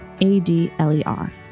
A-D-L-E-R